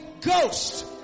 Ghost